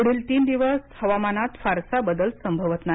पुढील तीन दिवस हवामानात फारसा बदल संभवत नाही